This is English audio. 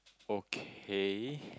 okay